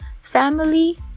family